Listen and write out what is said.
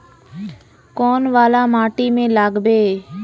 कौन वाला माटी में लागबे?